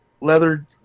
leather